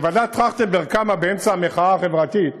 כשוועדת טרכטנברג קמה באמצע המחאה החברתית,